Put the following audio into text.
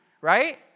right